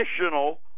additional